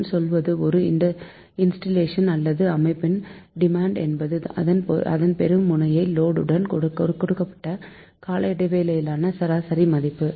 நான் சொல்வது ஒரு இன்ஸ்டல்லேஷன் அல்லது அமைப்பின் டிமாண்ட் என்பது அதன் பெறும் முனைய லோடு ன் கொடுக்கப்பட்ட கால இடைவேளையிலான சராசரி மதிப்பு